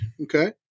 Okay